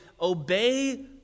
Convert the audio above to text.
obey